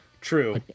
True